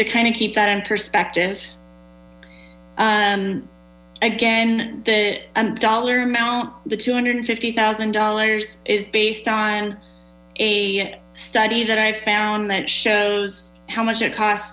to kind of keep that in perspective again the dollar amount the two hundred and fifty thousand dollars is based on a study that i found that shows how much it costs